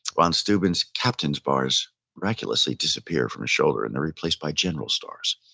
von steuben's captain's bars miraculously disappeared from his shoulder and they're replaced by general's stars.